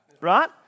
right